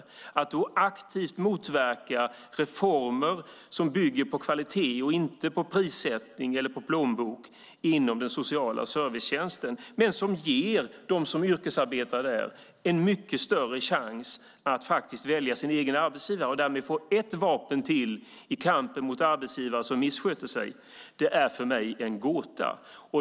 Varför man då aktivt motverkar reformer som bygger på kvalitet och inte på prissättning eller plånbok inom den sociala servicetjänsten och som ger dem som yrkesarbetar där en mycket större chans att faktiskt välja sin egen arbetsgivare och därmed få ett vapen till i kampen mot arbetsgivare som missköter sig är för mig en gåta.